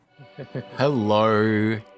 hello